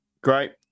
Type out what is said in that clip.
great